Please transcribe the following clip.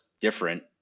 different